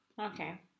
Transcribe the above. Okay